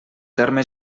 terme